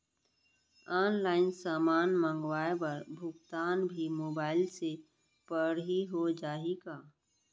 Online समान मंगवाय बर भुगतान भी मोबाइल से पड़ही हो जाही का?